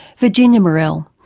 virginia morell,